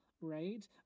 right